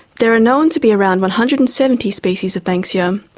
there are known to be around one hundred and seventy species of banksia,